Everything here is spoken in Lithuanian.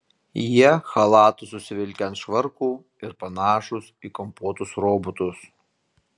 jie chalatus užsivilkę ant švarkų ir panašūs į kampuotus robotus